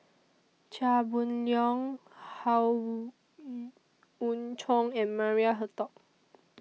Chia Boon Leong Howe Yoon Chong and Maria Hertogh